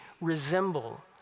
resemble